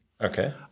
Okay